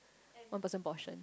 one person portion